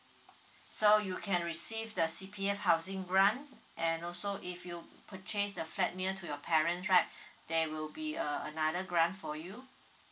so you can receive the C_P_F housing grant and also if you purchase the flat near to your parents right there will be a another grant for you